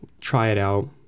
try-it-out